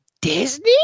Disney